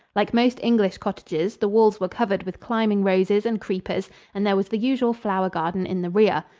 like most english cottages, the walls were covered with climbing roses and creepers and there was the usual flower-garden in the rear.